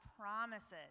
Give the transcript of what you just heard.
promises